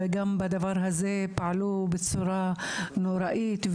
גם בדבר הזה פעלו בצורה נוראית,